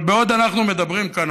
אבל בעוד אנחנו מדברים כאן,